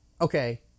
Okay